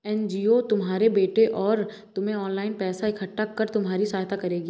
NGO तुम्हारे बेटे और तुम्हें ऑनलाइन पैसा इकट्ठा कर तुम्हारी सहायता करेगी